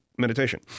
meditation